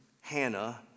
Hannah